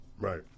Right